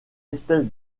espèce